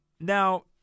Now